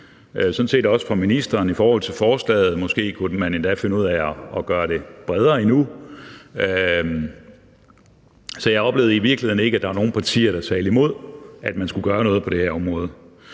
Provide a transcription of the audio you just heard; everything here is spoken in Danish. sådan set også fra ministeren, i forhold til forslaget. Måske kunne man endda finde ud af at gøre det bredere endnu. Så jeg oplevede i virkeligheden ikke, at der var nogen partier, der talte imod, at man skulle gøre noget på det her område.